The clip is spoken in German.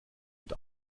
und